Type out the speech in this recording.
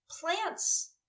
plants